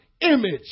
image